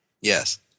Yes